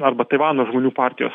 arba taivano žmonių partijos